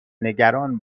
نگران